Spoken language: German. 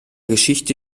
geschichte